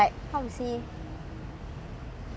is different what you mean